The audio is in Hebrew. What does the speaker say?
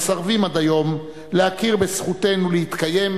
המסרבים עד היום להכיר בזכותנו להתקיים